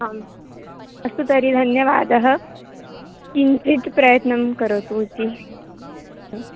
आम् अस्तु तर्हि धन्यवादः किञ्चित् प्रयत्नं करोतु इति